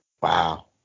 Wow